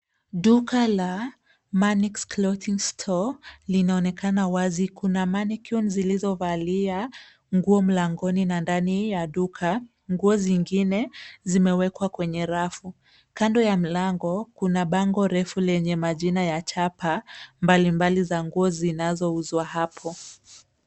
Duka la Maix Clothing Store linaonekana wazi. Kuna mannequin zilizovalia nguo mlangoni na ndani ya duka nguo zingine zimewkewa kwenye rafu. Kando ya mlango kuna bango refu lenye majina ya chapa mbalimbali za nguo zinazouzwa hapo.